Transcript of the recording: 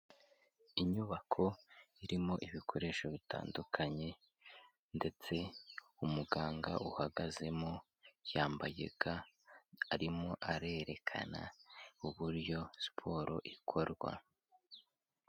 Inyubako irimo ibikoresho bitandukanye ndetse umuganga uhagazemo yambaye ga, arimo arerekana uburyo siporo ikorwa.